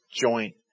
joint